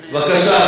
בבקשה,